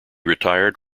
retired